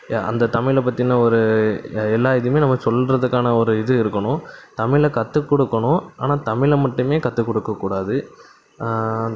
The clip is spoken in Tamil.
அந்த தமிழைப் பற்றின ஒரு எல்லாம் இதுவுமே நம்ம சொல்லுறத்துக்கான ஒரு இது இருக்கணும் தமிழைக் கற்றுக்குடுக்கணும் ஆனால் தமிழை மட்டுமே கற்றுக்குடுக்கக் கூடாது